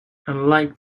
unlike